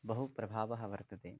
बहुप्रभावः वर्तते